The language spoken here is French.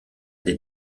des